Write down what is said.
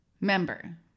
Member